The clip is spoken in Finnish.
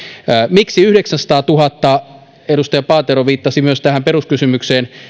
miksi yhdeksänsataatuhatta edustaja paatero viittasi myös tähän peruskysymykseen